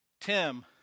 Tim